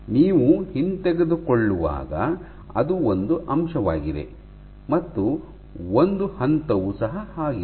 ನೀವು ಹಿಂತೆಗೆದುಕೊಳ್ಳುವಾಗ ಅದು ಒಂದು ಅಂಶವಾಗಿದೆ ಮತ್ತು ಒಂದು ಹಂತವು ಸಹ ಆಗಿದೆ